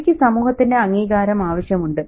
രവിയ്ക്കു സമൂഹത്തിന്റെ അംഗീകാരം ആവശ്യമുണ്ട്